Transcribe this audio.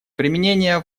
применения